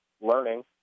learning